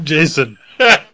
Jason